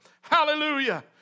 Hallelujah